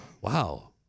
wow